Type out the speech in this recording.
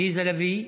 עליזה לביא.